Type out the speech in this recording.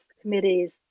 committees